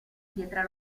pietra